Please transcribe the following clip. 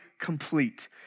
complete